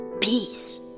peace